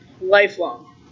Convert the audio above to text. Lifelong